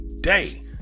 day